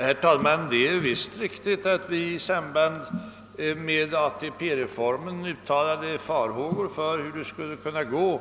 Herr talman! Det är. riktigt att vi i samband med ATP-reformen uttalade farhågor för hur det skulle kunna gå